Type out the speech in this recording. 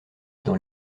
dans